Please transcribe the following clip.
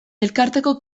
elkarteko